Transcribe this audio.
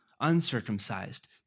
uncircumcised